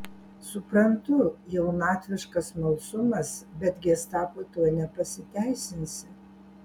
suprantu jaunatviškas smalsumas bet gestapui tuo nepasiteisinsi